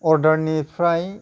अर्डारनिफ्राय